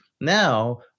Now